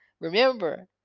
Remember